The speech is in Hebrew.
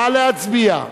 נא להצביע,